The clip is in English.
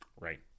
Right